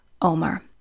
Omar